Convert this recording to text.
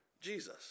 Jesus